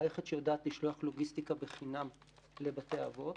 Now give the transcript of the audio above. מערכת שיודעת לשלוח לוגיסטיקה בחינם לבתי אבות.